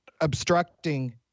obstructing